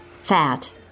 Fat